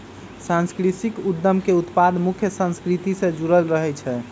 सांस्कृतिक उद्यम के उत्पाद मुख्य संस्कृति से जुड़ल रहइ छै